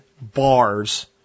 bars